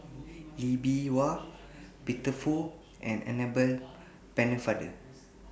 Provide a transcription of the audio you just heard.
Lee Bee Wah Peter Fu and Annabel Pennefather